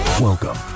Welcome